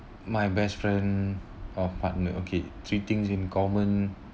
my best friend or partner okay three things in common